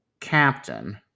Captain